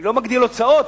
אני לא מגדיל הוצאות,